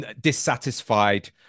dissatisfied